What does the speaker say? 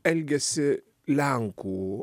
elgiasi lenkų